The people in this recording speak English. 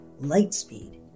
Lightspeed